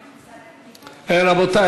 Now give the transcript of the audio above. רבותי,